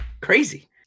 crazy